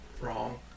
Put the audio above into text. Wrong